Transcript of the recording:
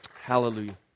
Hallelujah